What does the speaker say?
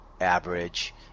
average